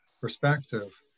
perspective